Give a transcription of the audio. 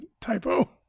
typo